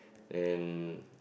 and